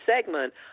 segment